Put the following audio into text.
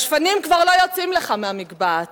השפנים כבר לא יוצאים לך מהמגבעת.